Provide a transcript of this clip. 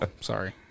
sorry